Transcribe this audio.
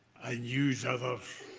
i use other.